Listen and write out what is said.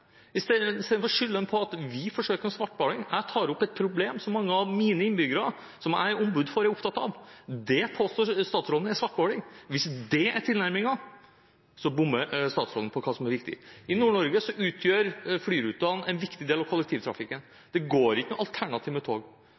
Istedenfor skylder han på at vi forsøker med svartmaling. Jeg tar opp et problem for mange av mine innbyggere, som jeg er ombud for og er opptatt av. Det påstår statsråden er svartmaling. Hvis det er tilnærmingen, så bommer statsråden på hva som er viktig. I Nord-Norge utgjør flyrutene en viktig del av kollektivtrafikken. Det går ikke noe alternativ – som tog.